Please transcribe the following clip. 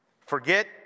Forget